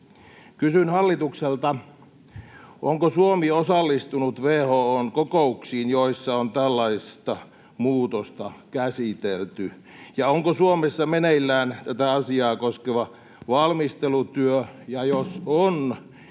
Kysyn hallitukselta: Onko Suomi osallistunut WHO:n kokouksiin, joissa on tällaista muutosta käsitelty? Ja onko Suomessa meneillään tätä asiaa koskeva valmistelutyö, ja jos on,